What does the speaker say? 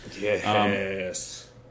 Yes